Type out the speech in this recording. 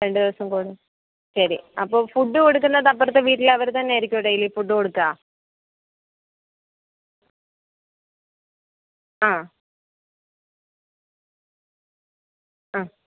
രണ്ടുദിവസം കൂടുമ്പം ശരി അപ്പം ഫുഡ്ഡ് കൊടുക്കുന്നത് അപ്പുറത്തെ വീട്ടിലെ അവർ തന്നെ ആയിരിക്കുമോ ഡെയ്ലീ ഫുഡ്ഡ് കൊടുക്കുക ആ ആ